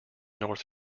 north